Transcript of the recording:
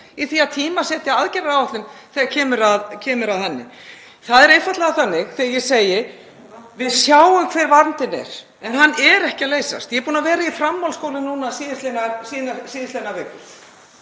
í því að tímasetja aðgerðaáætlun þegar kemur að henni. Það er einfaldlega þannig að við sjáum hver vandinn er en hann er ekki að leysast. Ég er búin að vera í framhaldsskólunum síðastliðnar vikur